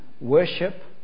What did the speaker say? worship